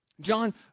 John